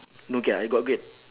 no gate ah I got gate